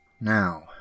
Now